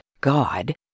God